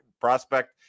prospect